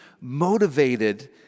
motivated